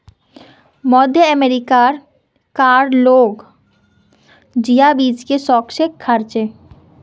मध्य अमेरिका कार लोग जिया बीज के शौक से खार्चे